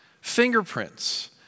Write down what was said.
fingerprints